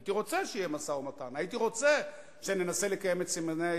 הייתי רוצה שיהיה משא-ומתן,